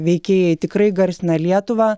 veikėjai tikrai garsina lietuvą